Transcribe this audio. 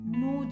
no